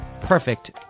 perfect